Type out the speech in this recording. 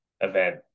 event